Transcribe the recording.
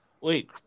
Wait